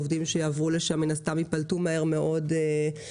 עובדים שיעברו לשם, מן הסתם ייפלטו מהר מאוד חזרה